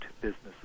businesses